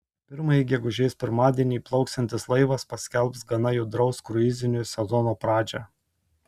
pirmąjį gegužės pirmadienį įplauksiantis laivas paskelbs gana judraus kruizinio sezono pradžią